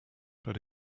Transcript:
but